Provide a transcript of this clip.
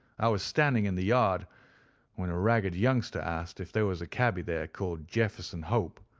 i was standing in the yard when a ragged youngster asked if there was a cabby there called jefferson hope,